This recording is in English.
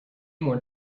more